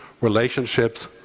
relationships